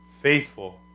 faithful